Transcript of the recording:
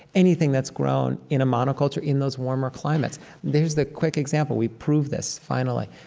anything that's grown in a monoculture in those warmer climates there's the quick example. we've proved this finally.